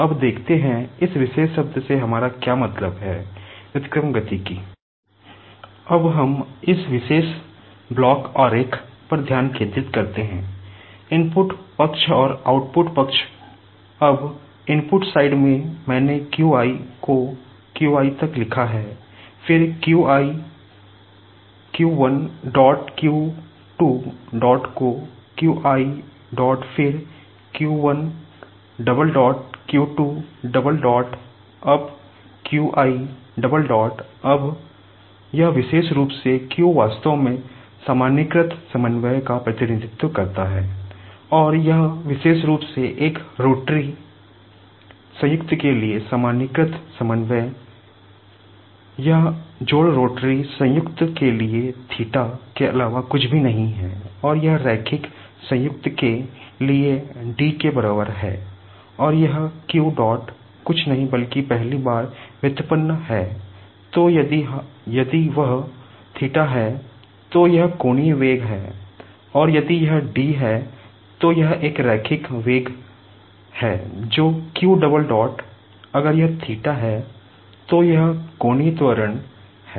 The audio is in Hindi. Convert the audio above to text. अब हम इस विशेष ब्लॉक डायग्राम है तो यह कोणीय त्वरण है और यदि यह d है तो यह रैखिक त्वरण है